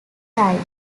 died